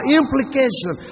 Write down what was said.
implication